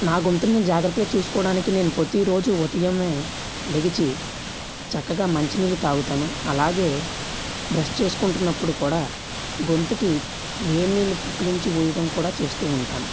నా గొంతుని నేను జాగ్రత్తగా చూసుకోవడానికి నేను ప్రతిరోజు ఉదయమే లేచి చక్కగా మంచినీళ్ళు తాగుతాను అలాగే బ్రెష్ చేసుకుంటున్నప్పుడు కూడా గొంతుకి వేన్నీళ్ళు పుక్కలించి ఊయడం కూడా చేస్తూ ఉంటాను